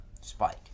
Spike